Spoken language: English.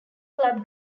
club